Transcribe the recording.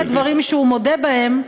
רק הדברים שהוא מודה בהם,